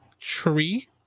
tree